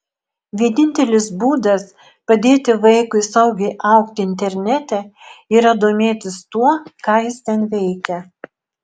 vienintelis būdas padėti vaikui saugiai augti internete yra domėtis tuo ką jis ten veikia